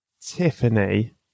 Tiffany